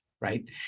right